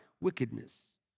Wickedness